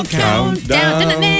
countdown